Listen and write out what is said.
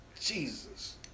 Jesus